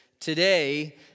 Today